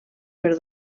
per